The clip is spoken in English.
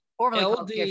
LD